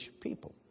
people